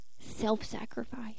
self-sacrifice